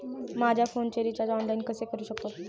माझ्या फोनचे recharge online कसे करू शकतो?